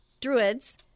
druids